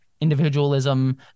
individualism